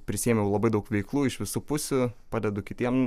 prisiėmiau labai daug veiklų iš visų pusių padedu kitiem